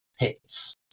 hits